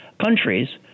countries